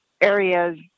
areas